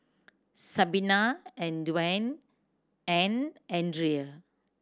Sabina and Duane and Andrea